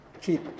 cheap